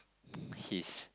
he's